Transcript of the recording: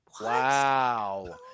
Wow